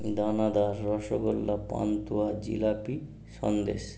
দানাদার রসগোল্লা পান্তুয়া জিলিপি সন্দেশ